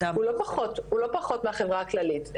הוא לא פחות מהחברה הכללית,